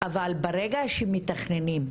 אבל ברגע שמתכננים,